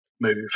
move